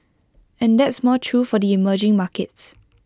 and that's more true for the emerging markets